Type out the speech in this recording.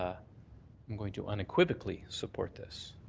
ah um going to unequivocally support this.